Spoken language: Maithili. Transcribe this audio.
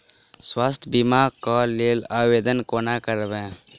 स्वास्थ्य बीमा कऽ लेल आवेदन कोना करबै?